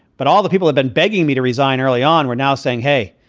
but all the people have been begging me to resign early on. we're now saying, hey,